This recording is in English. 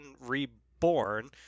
Reborn